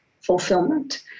fulfillment